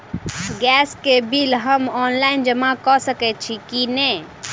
Gas केँ bill हम online जमा कऽ सकैत छी की नै?